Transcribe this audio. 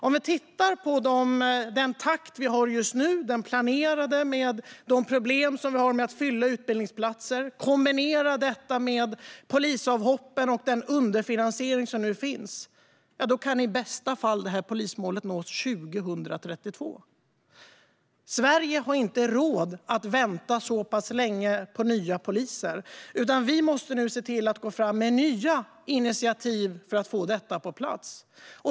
Om vi tittar på den takt vi har just nu - den planerade, med de problem vi har med att fylla utbildningsplatser - och kombinerar det med polisavhoppen och den underfinansiering som finns kan polismålet i bästa fall nås 2032. Sverige har inte råd att vänta så länge på nya poliser, utan vi måste se till att gå fram med nya initiativ för att få detta på plats.